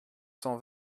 cent